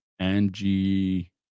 Angie